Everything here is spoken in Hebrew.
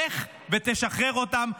לך ותשחרר אותם,